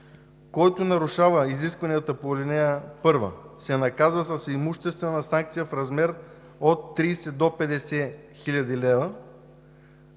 Който нарушава изискванията по ал. 1, се наказва с имуществена санкция в размер от 30 000 лв.